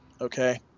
Okay